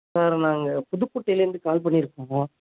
sir நாங்கள் புதுக்கோட்டைலேருந்து call பண்ணியிருக்கோம் சார்